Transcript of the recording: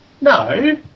no